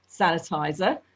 sanitizer